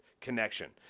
connection